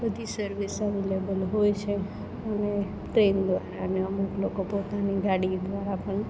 બધી service available હોય છે અને ટ્રેન દ્વારા અને અમુક લોકો પોતાની ગાડી દ્વારા પણ